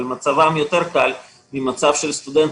אבל מצבם יותר קל לעומת סטודנט